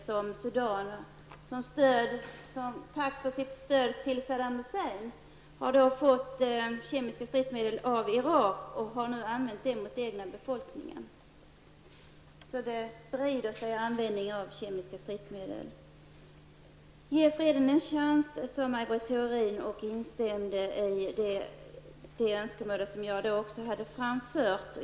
Som tack för stödet till Saddam Hussein har Sudan fått kemiska stridsmedel av Irak och nu också använt dessa stridsmedel mot den egna befolkningen. Användningen av kemiska stridsmedel sprider sig tydligen. Ge freden en chans, sade Maj Britt Theorin, och instämde i det önskemål som jag framförde.